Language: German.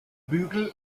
bügel